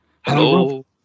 hello